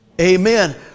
Amen